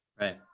Right